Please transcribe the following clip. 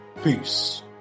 Peace